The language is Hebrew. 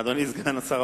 יש.